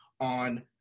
on